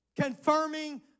confirming